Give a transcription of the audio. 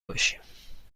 باشیم